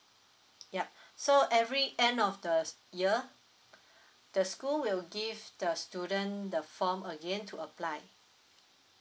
yup so every end of the year the school will give the student the form again to apply